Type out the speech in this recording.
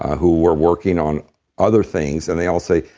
who are working on other things. and they all say,